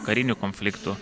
karinių konfliktų